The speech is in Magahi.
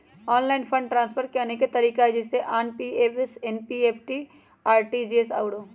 ऑनलाइन फंड ट्रांसफर के अनेक तरिका हइ जइसे आइ.एम.पी.एस, एन.ई.एफ.टी, आर.टी.जी.एस आउरो